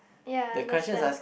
ya understand